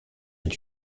est